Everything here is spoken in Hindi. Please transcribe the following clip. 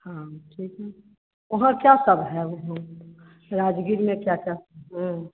हाँ ठीक है वहाँ क्या सब है वह राजगीर में क्या क्या